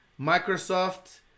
Microsoft